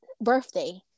birthday